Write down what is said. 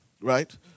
right